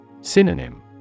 Synonym